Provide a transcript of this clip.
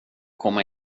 komma